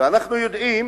ואנחנו יודעים